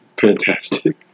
fantastic